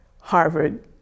Harvard